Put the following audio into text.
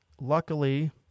luckily